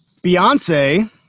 Beyonce